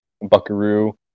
Buckaroo